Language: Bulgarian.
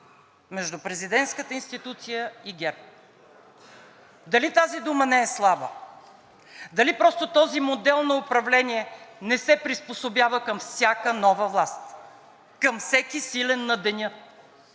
между президентската институция и ГЕРБ. Дали тази дума не е слаба? Дали просто този модел на управление не се приспособява към всяка нова власт, към всеки силен на деня